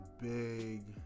big